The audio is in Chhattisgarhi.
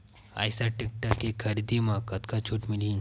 आइसर टेक्टर के खरीदी म कतका छूट मिलही?